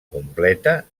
completa